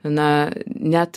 na net